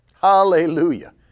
Hallelujah